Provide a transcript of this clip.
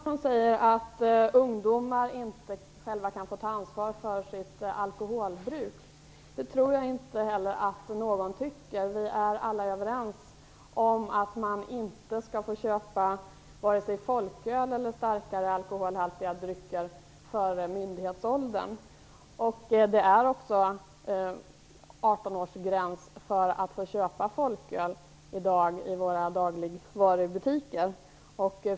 Herr talman! Roland Larsson säger att ungdomar inte själva kan få ta ansvar för sitt alkoholbruk. Det tror jag inte heller att någon tycker. Vi är alla överens om att man inte skall få köpa vare sig folköl eller starkare alkoholhaltiga drycker före myndighetsåldern. Det är också 18-årsgräns för inköp av folköl i våra dagligvarubutiker i dag.